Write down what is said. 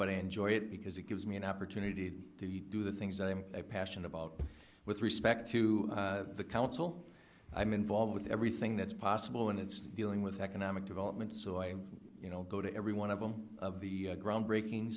but i enjoy it because it gives me an opportunity to do the things that i'm a passion about with respect to the council i'm involved with everything that's possible and it's dealing with economic development so i you know go to every one of them of the groundbreaking